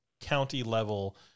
county-level